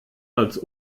als